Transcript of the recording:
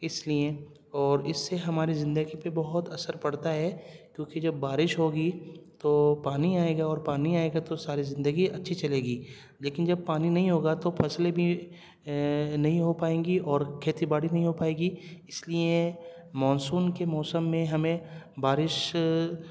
اس لیے اور اس سے ہماری زندگی پہ بہت اثر پڑتا ہے کیونکہ جب بارش ہوگی تو پانی آئے گا اور پانی آئے گا تو ساری زندگی اچھی چلے گی لیکن جب پانی نہیں ہوگا تو فصلیں بھی نہیں ہو پائیں گی اور کھیتی باڑی نہیں ہو پائے گی اس لیے مانسون کے موسم میں ہمیں بارش